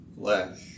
flesh